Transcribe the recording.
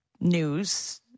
news